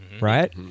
right